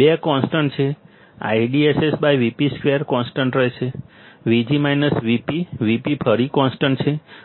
2 constant છે IDSS Vp 2 constant રહેશે VGS Vp Vp ફરીથી કોન્સ્ટન્ટ છે